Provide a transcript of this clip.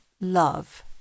love